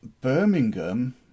Birmingham